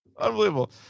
Unbelievable